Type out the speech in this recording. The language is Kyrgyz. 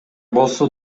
болсо